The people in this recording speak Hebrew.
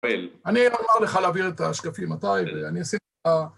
אני אומר לך להעביר את השקפים ומתי ואני אעשה לך...